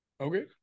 Okay